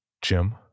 Jim